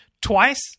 twice